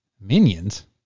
Minions